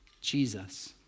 Jesus